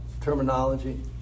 terminology